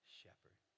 shepherd